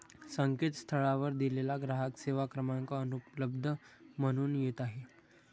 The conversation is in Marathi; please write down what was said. संकेतस्थळावर दिलेला ग्राहक सेवा क्रमांक अनुपलब्ध म्हणून येत आहे